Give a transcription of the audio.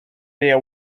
their